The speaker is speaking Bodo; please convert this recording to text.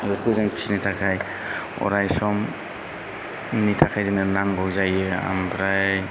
बेफोरखौ जों फिनो थाखाय अराय समनि थाखाय जोंनो नांगौ जायो आमफ्राय